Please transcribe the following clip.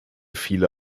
viele